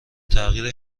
تغییر